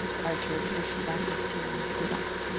archer pushed back his chair and stood up.